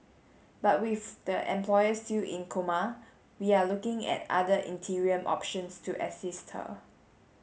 but with the employer still in coma we are looking at other interim options to assist her